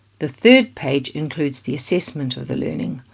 the third page includes the assessment of the learning,